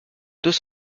deux